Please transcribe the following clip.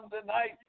tonight